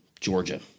Georgia